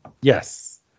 Yes